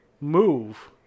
move